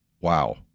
wow